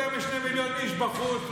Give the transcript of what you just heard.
יותר משני מיליון איש בחוץ,